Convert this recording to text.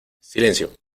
silencio